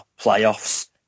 playoffs